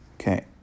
Okay